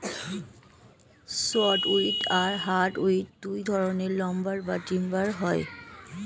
soft wood আর hard wood দুই ধরনের লাম্বার বা টিম্বার হয়